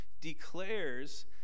declares